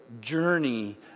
journey